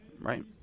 Right